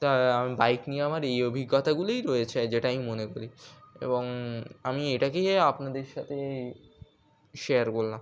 তা আমি বাইক নিয়ে আমার এই অভিজ্ঞতাগুলিই রয়েছে যেটাই মনে করি এবং আমি এটাকেই আপনাদের সাথে শেয়ার করলাম